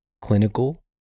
clinical